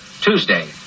Tuesday